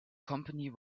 company